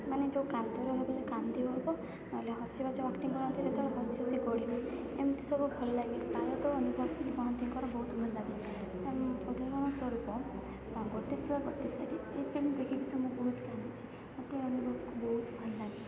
ମାନେ ଯେଉଁ କାନ୍ଦର ଭାବିଲେ କାନ୍ଦି ହେବ ନ ହେଲେ ହସିବା ଯୋଉ ଆକ୍ଟିଂ କରନ୍ତି ଯେତେବେଳେ ହସି ହସି ଗଡ଼ି ଯିବ ଏମିତି ସବୁ ଭଲ ଲାଗିଲା ନାୟକ ଅନୁଭବ ମହାନ୍ତିଙ୍କର ବହୁତ ଭଲ ଲାଗେ ଉଦାହରଣ ସ୍ୱରୂପ ଗୋଟେ ଶୁଆ ଗୋଟେ ଶାରୀ ଫିଲ୍ମ ଦେଖିକି ତ ମୁଁ ବହୁତ କାନ୍ଦିଛି ମୋତେ ଅନୁଭବକୁ ବହୁତ ଭଲ ଲାଗେ